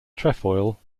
trefoil